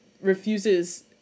refuses